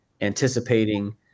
anticipating